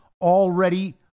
already